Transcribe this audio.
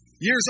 years